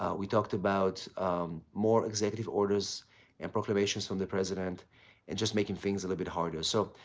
ah we talked about more executive orders and proclamations from the president and just making things a little bit harder. so,